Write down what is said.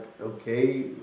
okay